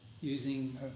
Using